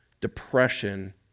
depression